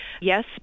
yes